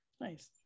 Nice